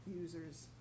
users